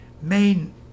main